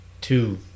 two